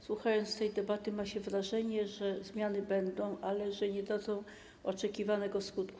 Słuchając tej debaty, ma się wrażenie, że zmiany będą, ale że nie dadzą do oczekiwanego skutku.